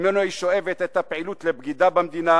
שממנו היא שואבת את הפעילות לבגידה במדינה,